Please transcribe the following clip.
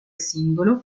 singolo